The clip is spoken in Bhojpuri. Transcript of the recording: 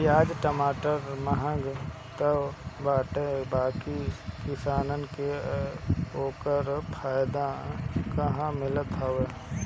पियाज टमाटर महंग तअ बाटे बाकी किसानन के ओकर फायदा कहां मिलत हवे